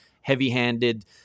heavy-handed